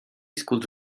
skurcz